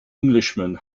englishman